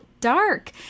Dark